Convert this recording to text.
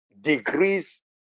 degrees